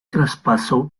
traspaso